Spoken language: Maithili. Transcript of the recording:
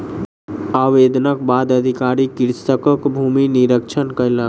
आवेदनक बाद अधिकारी कृषकक भूमि निरिक्षण कयलक